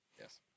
Yes